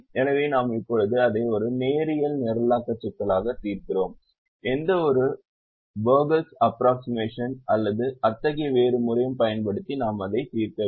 எனவே நாம் இப்போது அதை ஒரு நேரியல் நிரலாக்க சிக்கலாக தீர்க்கிறோம் எந்தவொரு வோகலின் அப்ரோக்ஸிமேஷன் Vogel's approximation அல்லது அத்தகைய வேறு முறையையும் பயன்படுத்தி நாம் அதை தீர்க்கவில்லை